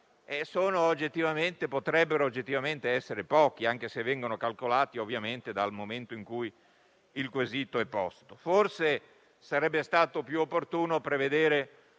potrebbero oggettivamente essere pochi, anche se vengono calcolati dal momento in cui il quesito è posto. Forse sarebbe stato più opportuno prevedere